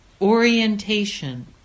orientation